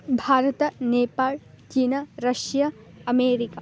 भारतं नेपाळ् चीन रष्य़ अमेरिका